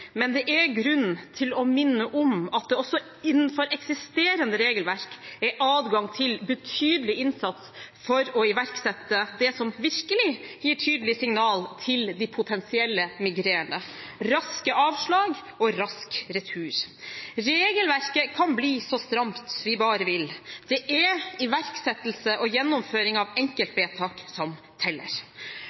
men det er grunn til å minne om at det også innenfor eksisterende regelverk er adgang til betydelig innsats for å iverksette det som virkelig gir tydelig signal til de potensielle migrerende – raske avslag og rask retur. Regelverket kan bli så stramt vi bare vil. Det er iverksettelse og gjennomføring av enkeltvedtak som teller.